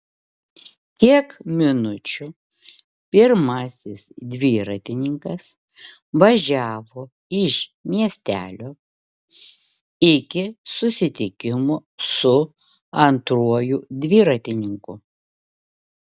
kiek minučių pirmasis dviratininkas važiavo iš miestelio iki susitikimo su antruoju dviratininku